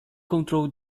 control